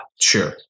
Sure